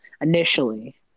initially